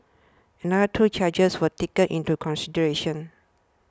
another two charges were taken into consideration